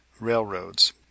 railroads